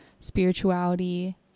spirituality